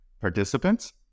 participants